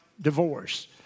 divorce